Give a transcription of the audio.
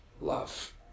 love